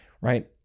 right